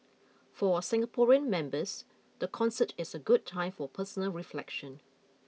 for our Singaporean members the concert is a good time for personal reflection